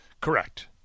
correct